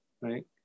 right